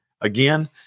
again